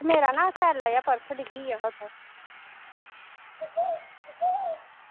मेरा नां सैल्ला जेहा पर्स डिग्गी गेआ हा उत्थै